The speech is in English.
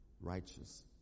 righteous